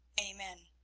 amen.